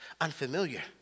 unfamiliar